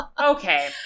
Okay